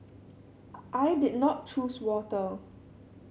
I did not choose water